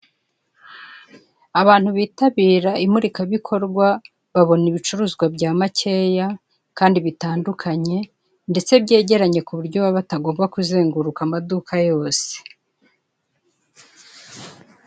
Abantu bitabira imurikabikorwa babona ibicuruzwa bya makeya, kandi byegeranye; ku buryo baba batagomba kuzenguruka amaduka yose.